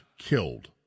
Killed